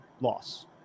loss